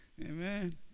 Amen